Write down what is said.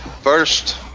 First